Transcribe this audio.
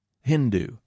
Hindu